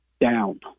down